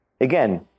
again